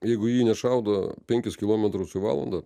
jeigu į jį nešaudo penkis kilometrus į valandą